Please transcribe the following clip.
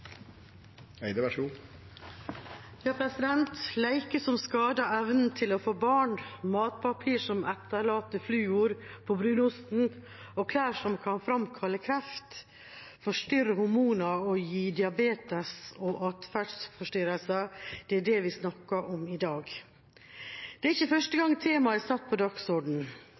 som skader evnen til å få barn, matpapir som etterlater fluor på brunosten, og klær som kan fremkalle kreft, forstyrre hormoner og gi diabetes og atferdsforstyrrelser – det er det vi snakker om i dag. Det er ikke første